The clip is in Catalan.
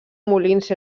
molins